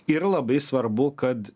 ir labai svarbu kad